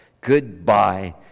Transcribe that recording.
Goodbye